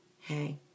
hey